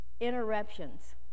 interruptions